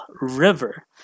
river